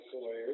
lawyers